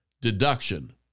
deduction